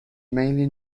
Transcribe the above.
mainly